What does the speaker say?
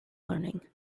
learning